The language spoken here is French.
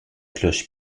cloche